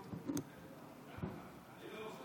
כן, הבנתי.